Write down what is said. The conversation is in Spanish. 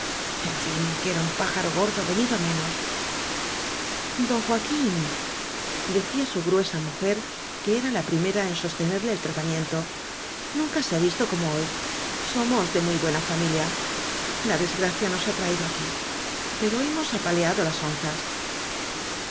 en fin que era un pájaro gordo venido á menos don joaquín decía su gruesa mujer que la era primera en sostenerle el tratamiento nunca se ha visto como hoy somos de muy buena familia la desgracia nos ha traído aquí pero hemos apaleado las onzas